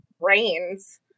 brains